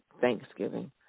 thanksgiving